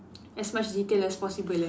as much detail as possible eh